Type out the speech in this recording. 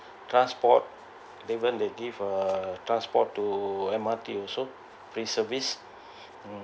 transport even they give uh transport to M_R_T also free service mm